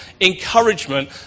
encouragement